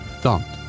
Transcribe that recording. thumped